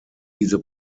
diese